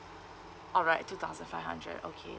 alright two thousand five hundred okay